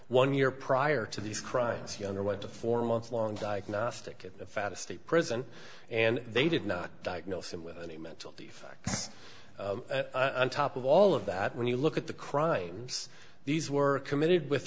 one year prior to these crimes he underwent a four month long diagnostic at the fattest state prison and they did not diagnose him with any mental defects on top of all of that when you look at the crimes these were committed with